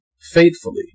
faithfully